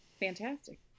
Fantastic